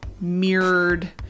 mirrored